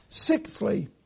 sixthly